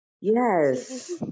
yes